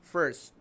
First